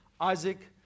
Isaac